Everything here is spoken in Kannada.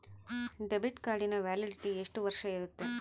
ಡೆಬಿಟ್ ಕಾರ್ಡಿನ ವ್ಯಾಲಿಡಿಟಿ ಎಷ್ಟು ವರ್ಷ ಇರುತ್ತೆ?